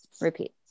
repeat